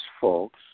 folks